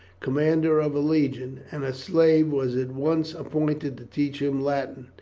commander of a legion, and a slave was at once appointed to teach him latin.